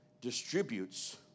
distributes